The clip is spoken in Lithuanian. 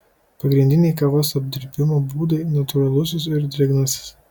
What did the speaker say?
pagrindiniai kavos apdirbimo būdai natūralusis ir drėgnasis